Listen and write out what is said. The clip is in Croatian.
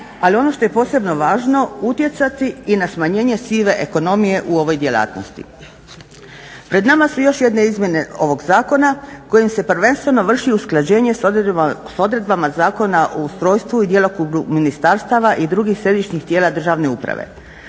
Ali ono što je posebno važno utjecati i na smanjenje sive ekonomije u ovoj djelatnosti. Pred nama su još jedne izmjene ovog zakona kojim se prvenstveno vrši usklađenje s odredbama Zakona o ustrojstvu i djelokrugu ministarstava i drugih središnjih tijela državne uprave.